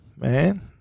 Man